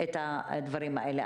את הדברים האלה.